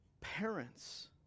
parents